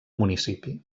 municipi